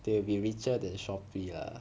they will be richer than shopee ah